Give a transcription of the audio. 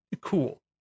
cool